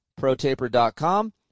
Protaper.com